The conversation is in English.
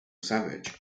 savage